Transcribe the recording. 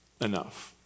enough